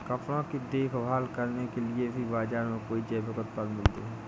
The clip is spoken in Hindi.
कपड़ों की देखभाल करने के लिए भी बाज़ार में कई जैविक उत्पाद मिलते हैं